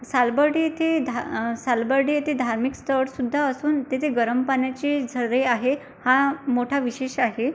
सालबर्डी येथे धा सालबर्डी येथे धार्मिक स्थळसुद्धा असून तेथे गरम पाण्याचे झरे आहे हा मोठा विशेष आहे